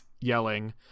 yelling